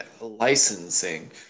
licensing